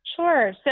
Sure